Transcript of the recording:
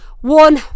one